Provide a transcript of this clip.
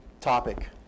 topic